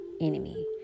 enemy